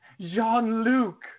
Jean-Luc